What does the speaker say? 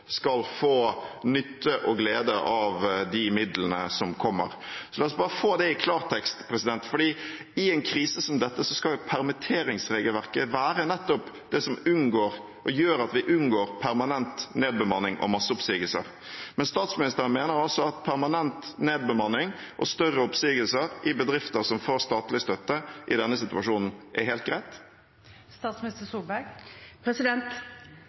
skal få nytte og glede av de midlene som kommer. La oss bare få det i klartekst, for i en krise som dette skal permitteringsregelverket være nettopp det som gjør at vi unngår permanent nedbemanning og masseoppsigelser: Statsministeren mener altså at permanent nedbemanning og større oppsigelser i bedrifter som får statlig støtte i denne situasjonen, er helt